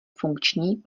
funkční